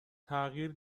تغییر